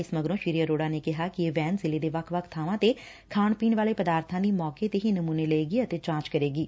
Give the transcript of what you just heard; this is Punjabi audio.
ਇਸ ਮਗਰੋਂ ਸ੍ਰੀ ਅਰੋੜਾ ਨੇ ਕਿਹਾ ਕਿ ਇਹ ਵੈਨ ਜ਼ਿਲ੍ਹੇ ਦੇ ਵੱਖ ਵੱਖ ਬਾਵਾਂ ਤੇ ਖਾਣ ਪੀਣ ਵਾਲੇ ਪਦਾਰਬਾਂ ਦੀ ਮੌਕੇ ਤੇ ਹੀ ਨਮੁਨੇ ਲਏਗੀ ਅਤੇ ਜਾਂਚ ਕਰੇਗੀ